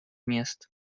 мест